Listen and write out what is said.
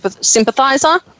sympathizer